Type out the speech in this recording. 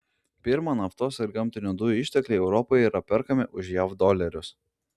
pirma naftos ir gamtinių dujų ištekliai europoje yra perkami už jav dolerius